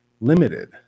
limited